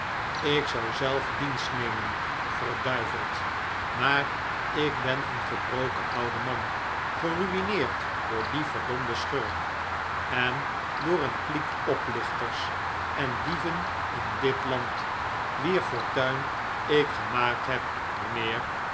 ik zou zelf dienst nemen verd maar ik ben een gebroken oude man gerui'neerd door dien verdomden schurk en door een kliek oplichters en dieven in dit land wier fortuin ik gemaakt heb mijnheer